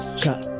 chop